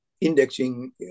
indexing